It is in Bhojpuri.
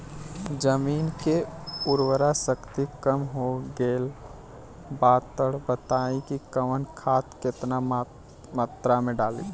जमीन के उर्वारा शक्ति कम हो गेल बा तऽ बताईं कि कवन खाद केतना मत्रा में डालि?